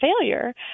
failure